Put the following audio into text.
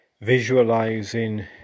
Visualizing